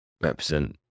represent